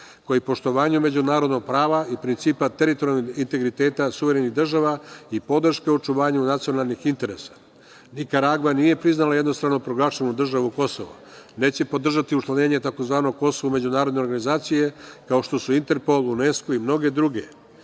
koji poštovanjem međunarodnog prava i principa teritorijalnog integriteta suverenih država i podrške očuvanju nacionalnih interesa. Nikaragva nije priznala jednostrano proglašenu državu Kosovo. Neće podržati učlanjenje tzv. Kosova u međunarodne organizacije, kao što su Interpol, UNESKO i mnoge druge.